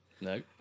no